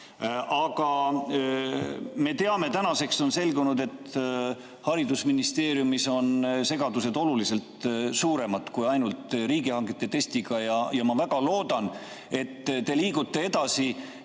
Aga me teame, tänaseks on selgunud, et haridusministeeriumis on segadused oluliselt suuremad kui ainult testide riigihangetega. Ma väga loodan, et te liigute edasi,